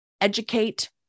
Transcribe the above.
educate